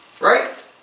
Right